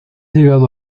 llegado